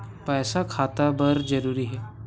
Pan खाता बर जरूरी हे?